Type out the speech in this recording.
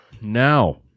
Now